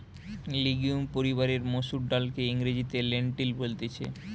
legume পরিবারের মসুর ডালকে ইংরেজিতে লেন্টিল বলতিছে